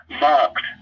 marked